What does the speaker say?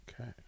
Okay